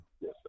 Yes